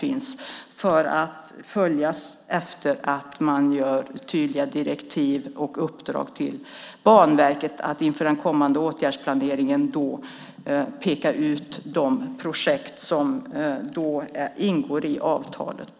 Dessutom handlar det om tydliga direktiv och uppdrag till Banverket att inför den kommande åtgärdsplaneringen peka ut de projekt som ingår i avtalet.